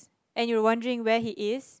and you're wondering where he is